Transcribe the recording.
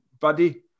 buddy